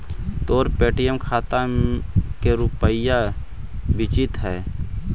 तोर पे.टी.एम खाता में के रुपाइया बचित हउ